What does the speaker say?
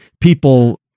people